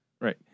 Right